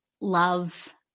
love